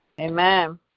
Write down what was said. Amen